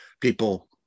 people